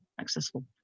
accessible